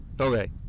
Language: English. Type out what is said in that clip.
okay